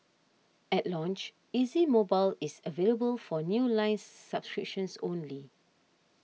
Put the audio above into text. at launch Easy Mobile is available for new line subscriptions only